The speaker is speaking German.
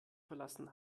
verlassen